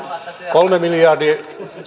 kolmen miljardin